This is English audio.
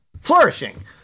flourishing